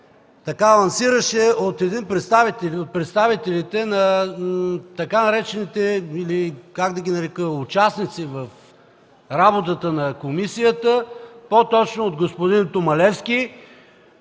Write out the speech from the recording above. представители, от представителите на така наречените или как да ги нарека – участници в работата на комисията, по-точно от господин Томалевски,